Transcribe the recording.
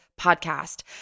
podcast